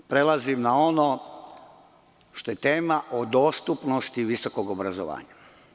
Prelazim na ono što je tema o dostupnosti visokog obrazovanja.